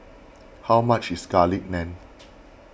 how much is Garlic Naan